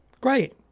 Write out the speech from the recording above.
great